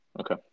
Okay